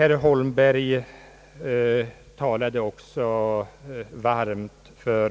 Herr Holmberg talade också varmt för